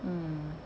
mm